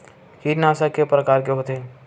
कीटनाशक के प्रकार के होथे?